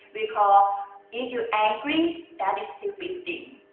we call if you angry, that is stupid thing.